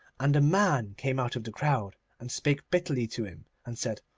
and a man came out of the crowd and spake bitterly to him, and said,